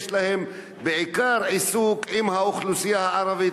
יש להן בעיקר עיסוק עם האוכלוסייה הערבית,